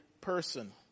person